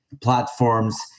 platforms